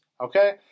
okay